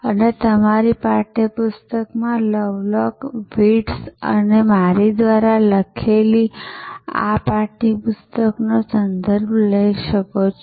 અને તમારી પાઠ્ય પુસ્તકમાં લવલોક અને વિર્ટ્ઝ અને મારી દ્વારા લખેલી આ પાઠ્યપુસ્તકનો સંદર્ભ લઈ શકો છો